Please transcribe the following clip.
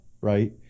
right